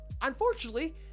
unfortunately